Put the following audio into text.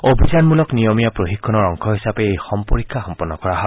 অভিযানমূলক নিয়মীয়া প্ৰশিক্ষণৰ অংশ হিচাপে এই সম্পৰীক্ষা সম্পন্ন কৰা হয়